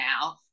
now